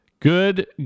Good